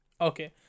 Okay